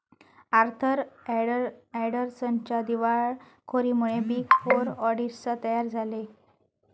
Arthur अँडरसनच्या दिवाळखोरीमुळे big four auditors तयार झाले